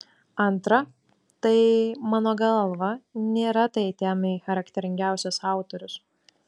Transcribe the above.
antra tai mano galva nėra tai temai charakteringiausias autorius